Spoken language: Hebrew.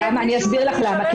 זה נכון, אני אסביר לך למה.